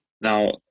Now